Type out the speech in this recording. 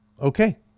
Okay